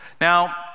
Now